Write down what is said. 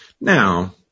Now